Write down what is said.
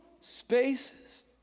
spaces